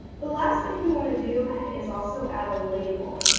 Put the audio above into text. the last thing we want to do is also add a label.